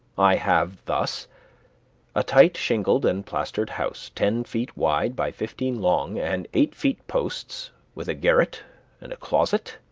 i have thus a tight shingled and plastered house, ten feet wide by fifteen long, and eight-feet posts, with a garret and a closet,